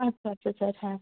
আচ্ছা আচ্ছা স্যার হ্যাঁ